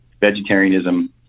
vegetarianism